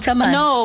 no